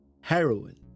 heroin